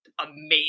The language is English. amazing